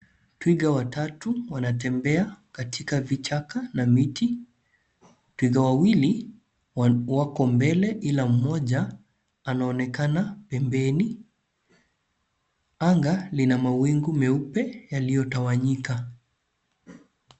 Twiga watatu wanatembea katika vichaka na miti. Twiga wawili wako mbele ila mmoja anaonekana pembeni. Anga lina mawingu meupe yaliyotawanyika.